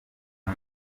nta